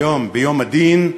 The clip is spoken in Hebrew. ביום הדין,